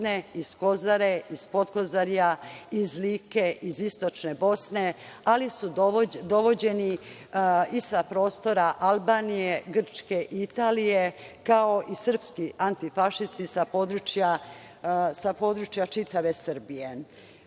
iz Kozare, iz Potkozarja, iz Like, iz istočne Bosne, ali su dovođeni i sa prostora Albanije, Grčke, Italije, kao i srpski antifašisti sa područja čitave